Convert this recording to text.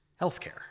healthcare